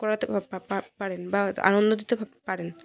করাতে পারেন বা আনন্দ দিতে পারেন